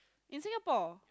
in Singapore